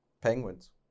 penguins